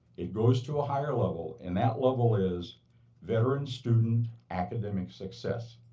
it goes to a higher level. and that level is veteran student academic success.